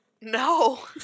No